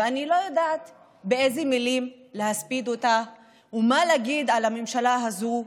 ואני לא יודעת באילו מילים להספיד ומה להגיד על הממשלה הזו,